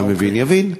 והמבין יבין.